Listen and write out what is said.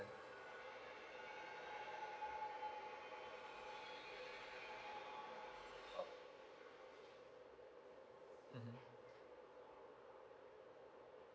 mm